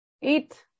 eat